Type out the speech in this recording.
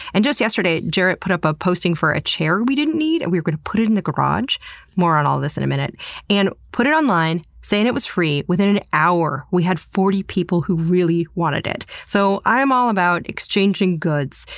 and just yesterday, jarrett put up a posting for a chair we didn't need, and we were gonna put it in the garage more on all of this in a minute and he put it online, saying it was free, and within an hour we had forty people who really wanted it. so i'm all about exchanging goods,